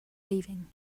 leaving